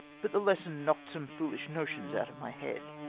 but the lesson knocked some foohsli notions out of my head.